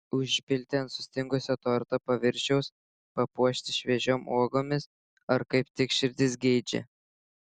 užpilti ant sustingusio torto paviršiaus papuošti šviežiom uogomis ar kaip tik širdis geidžia